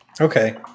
Okay